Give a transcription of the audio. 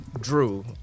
Drew